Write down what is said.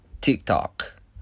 TikTok